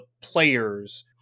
players